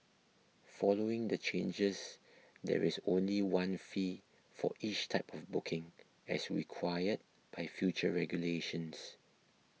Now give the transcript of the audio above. following the changes there is only one fee for each type of booking as required by future regulations